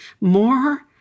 more